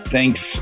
Thanks